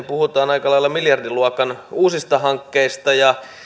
puhutaan aika lailla miljardiluokan uusista hankkeista